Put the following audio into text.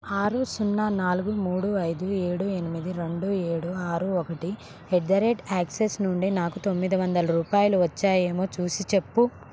ఆరు సున్నా నాలుగు మూడు ఐదు ఏడు ఎనిమిది రెండు ఏడు ఆరు ఒకటి అట్ ది రేట్ అక్సిస్ నుండి నాకు తొమ్మిది వందలు రూపాయలు వచ్చాయేమో చూసిచెప్పు